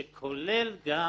שכולל גם